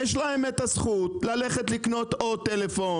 יש להם את הזכות לקנות עוד טלפון.